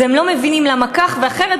והם לא מבינים למה כך ואחרת,